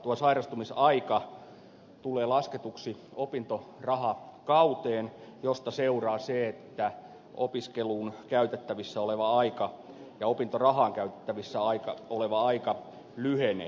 tuo sairastamisaika tulee lasketuksi opintorahakauteen mistä seuraa se että opiskeluun käytettävissä oleva aika ja opintorahaan käytettävissä oleva aika lyhenee